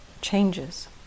changes